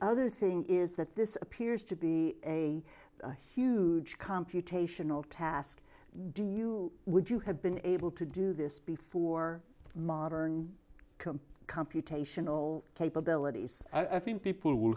other thing is that this appears to be a huge computational task do you would you have been able to do this before modern computer computational capabilities i think people w